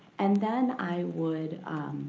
and then i would,